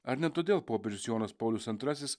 ar ne todėl popiežius jonas paulius antrasis